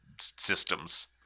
systems